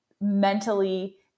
mentally